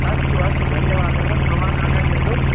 अस्तु अस्तु धन्यवादः भवान् आगच्छतु